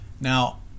Now